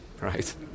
right